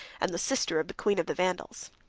and the sister of the queen of the vandals.